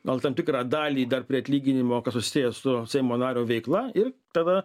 gal tam tikrą dalį dar prie atlyginimo kas susiję su seimo nario veikla ir tada